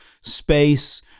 space